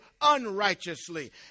unrighteously